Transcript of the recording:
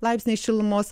laipsniai šilumos